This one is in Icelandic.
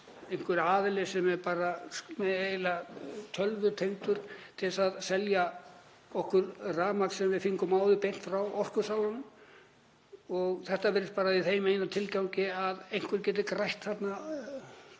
einhver aðili sem er bara eiginlega tölvutengdur til að selja okkur rafmagn sem við fengum áður beint frá orkusalanum. Þetta virðist vera gert í þeim eina tilgangi að einhver geti grætt þarna